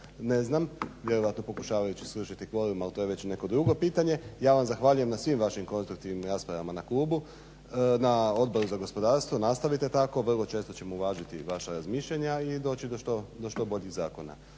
ne znam, vjerojatno pokušavajući srušiti kvorum ali to je već neko drugo pitanje. Ja vam zahvaljujem na svim vašim konstruktivnim raspravama na Odboru za gospodarstvo, nastavite tako, vrlo često ćemo uvažiti vaša razmišljanja i doći do što boljih zakona.